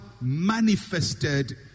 manifested